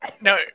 No